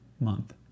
month